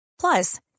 Plus